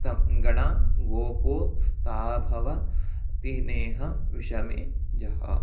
तं गणा गोपो ताभव ति नेह विषमे जः